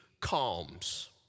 calms